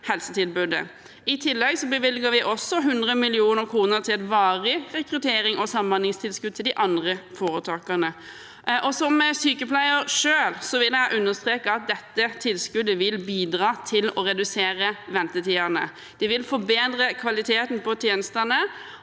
I tillegg bevilger vi 100 mill. kr til et varig rekrutterings- og samhandlingstilskudd til de andre foretakene. Som sykepleier vil jeg understreke at dette tilskuddet vil bidra til å redusere ventetidene, forbedre kvaliteten på tjenestene